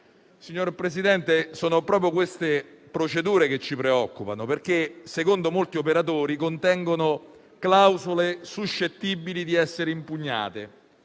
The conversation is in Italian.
Signor Presidente, sono proprio queste procedure che ci preoccupano, perché secondo molti operatori contengono clausole suscettibili di essere impugnate.